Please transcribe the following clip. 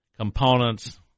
Components